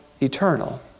eternal